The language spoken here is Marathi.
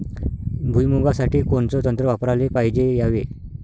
भुइमुगा साठी कोनचं तंत्र वापराले पायजे यावे?